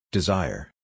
Desire